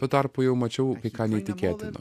tuo tarpu jau mačiau kai ką neįtikėtino